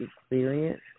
experience